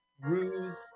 ruse